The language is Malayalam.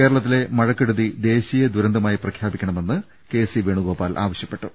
കേരളത്തിലെ മഴക്കെടുതി ദേശീയ ദുരന്തമായി പ്രഖ്യാപിക്കണമെന്ന് അദ്ദേഹം ആവശ്യപ്പെട്ടു